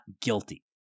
guilty